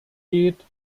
geht